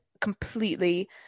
completely